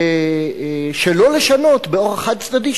ושלא לשנות באורח חד-צדדי,